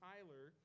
Tyler